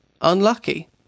unlucky